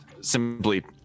simply